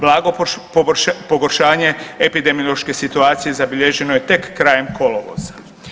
Blago pogoršanje epidemiološke situacije zabilježeno je tek krajem kolovoza.